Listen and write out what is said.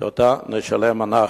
שאותה נשלם אנחנו.